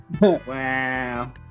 Wow